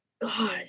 God